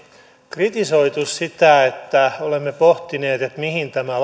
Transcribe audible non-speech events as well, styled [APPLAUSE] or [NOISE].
kritisoitu sitä että olemme pohtineet mihin tämä [UNINTELLIGIBLE]